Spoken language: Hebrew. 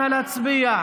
נא להצביע.